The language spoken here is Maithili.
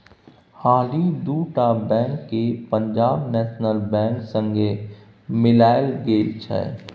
हालहि दु टा बैंक केँ पंजाब नेशनल बैंक संगे मिलाएल गेल छै